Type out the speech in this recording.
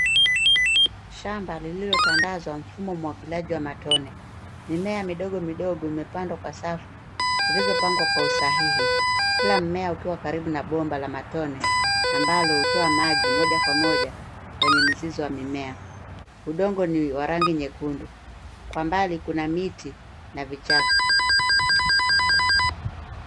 Shamba lililotandazwa mfumo wa umwagiliaji wa matone. Mimea midogo, midogo imepandwa kwa safu zilizopangwa kwa usahihi, kila mmea ukiwa karibu na bomba la matone ambalo hutoa maji moja kwa moja, kwenye mizizi wa mimea. Udongo ni wa rangi nyekundu. Kwa mbali kuna miti na vichaka.